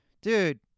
dude